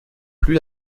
plus